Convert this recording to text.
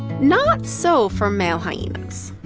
not so for male hyenas.